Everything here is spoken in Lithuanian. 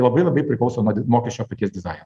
labai labai priklauso nuo mokesčio paties dizaino